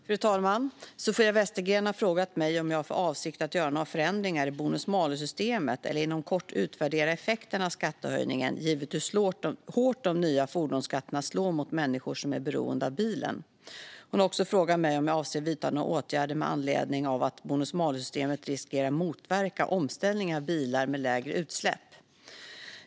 Fru talman! Sofia Westergren har frågat mig om jag har för avsikt att göra några förändringar i bonus-malus-systemet eller att inom kort utvärdera effekterna av skattehöjningen, givet hur hårt de nya fordonsskatterna slår mot människor som är beroende av bilen. Hon har också frågat mig om jag avser att vidta några åtgärder med anledning av att bonus-malus-systemet riskerar att motverka omställningen till bilar med lägre utsläpp.